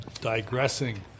Digressing